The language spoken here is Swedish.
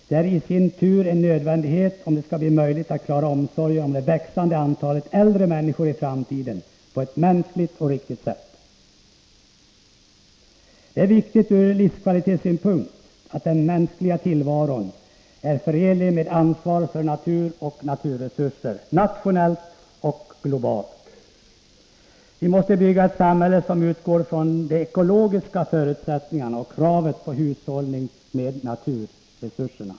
Det är i sin tur en nödvändighet, om det i framtiden skall bli möjligt att på ett mänskligt och riktigt sätt klara omsorgen om det växande antalet äldre människor. Det är viktigt från livskvalitetssynpunkt att den mänskliga tillvaron är förenlig med ansvar för natur och naturresurser nationellt och globalt. Vi måste bygga ett samhälle som utgår från de ekologiska förutsättningarna och kravet på hushållning med naturresurserna.